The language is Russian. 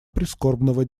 прискорбного